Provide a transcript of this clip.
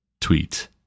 tweet